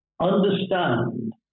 understand